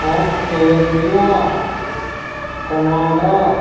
Australia Canada